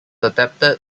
adapted